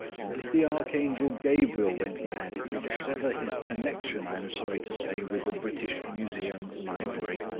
and if the archangel gabriel went mad it would sever his connection, i am sorry to say, with the british museum library.